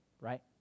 right